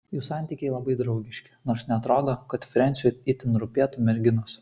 jų santykiai labai draugiški nors neatrodo kad frensiui itin rūpėtų merginos